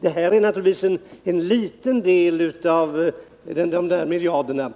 Detta är naturligtvis en liten del av de miljarderna,